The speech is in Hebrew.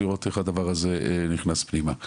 לראות איך הדבר הזה נכנס פנימה.